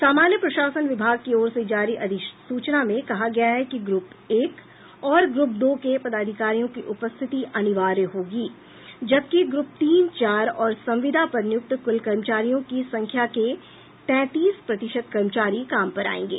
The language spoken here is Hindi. सामान्य प्रशासन विभाग की ओर से जारी अधिसूचना में कहा गया है कि ग्रुप एक और ग्रुप दो के पदाधिकारियों की उपस्थिति अनिवार्य होगी जबकि ग्रूप तीन चार और संविदा पर नियुक्त कुल कर्मचारियों की संख्या के तैंतीस प्रतिशत कर्मचारी काम पर आयेंगे